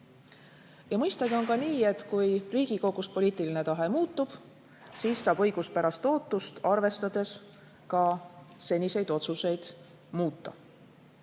Mõistagi on ka nii, et kui Riigikogus poliitiline tahe muutub, siis saab õiguspärast ootust arvestades ka seniseid otsuseid muuta.